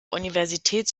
universitäts